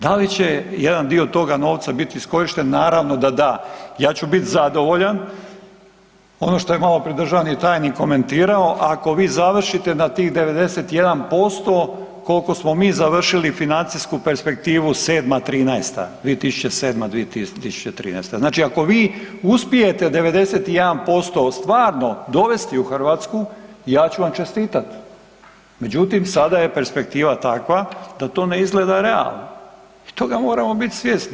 Da li će jedan dio toga novca biti iskorišten, naravno da da, ja ću bit zadovoljan, ono što je maloprije državni tajnik komentirao, ako vi završite na tih 91%, koliko smo mi završili financijsku perspektivu 7.-'13., 2007.-2013., znači ako vi uspijete 91% stvarno dovesti u Hrvatsku ja ću vam čestitat, međutim sada je perspektiva takva da to ne izgleda realno i toga moramo bit svjesni.